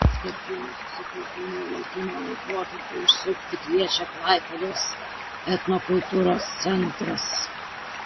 šiuo išskirtiniu susikaupimo ir laukimo laikotarpiu užsukti kviečia klaipėdos etnokultūros centras